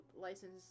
license